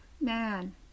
man